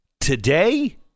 today